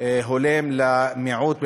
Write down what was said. הולם למיעוט,